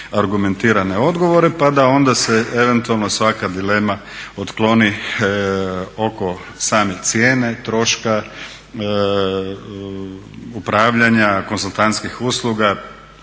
argumentirane odgovore, pa da onda se eventualno svaka dilema otkloni oko same cijene troška upravljanja, konzultantskih usluga.